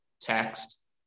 text